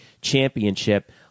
championship